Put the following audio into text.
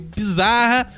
bizarra